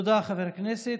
תודה, חבר הכנסת.